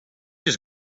just